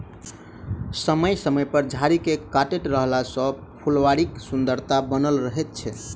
समय समय पर झाड़ी के काटैत रहला सॅ फूलबाड़ीक सुन्दरता बनल रहैत छै